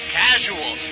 casual